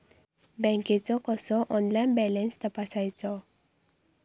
बँकेचो कसो online balance तपासायचो?